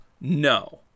no